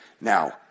now